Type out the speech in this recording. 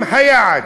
הם היעד.